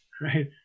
right